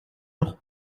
noch